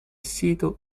sito